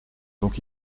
donc